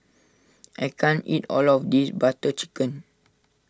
I can't eat all of this Butter Chicken